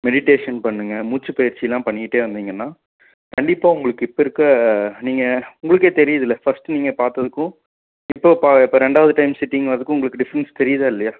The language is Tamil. மெடிடேஷன் பண்ணுங்க மூச்சு பயிற்சியெல்லாம் பண்ணிக்கிட்டே வந்திங்கன்னால் கண்டிப்பாக உங்களுக்கு இப்போ இருக்கற நீங்கள் உங்களுக்கே தெரியதுல்ல ஃபஸ்ட்டு நீங்கள் பார்த்ததுக்கும் இப்போ ப இப்போ ரெண்டாவது டைம் விஸிட்டிங் வர்றதுக்கும் உங்களுக்கு டிஃப்ரென்ஸ் தெரியுதா இல்லையா